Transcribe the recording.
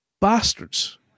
bastards